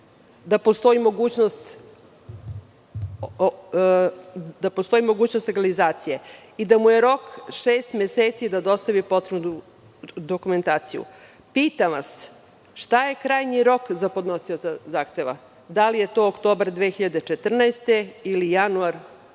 da postoji mogućnost legalizacije i da mu je rok šest meseci da dostavi potrebnu dokumentaciju. Pitam vas - šta je krajnji rok za podnosioca zahteva, da li je to oktobar 2014. godine ili januar 2015.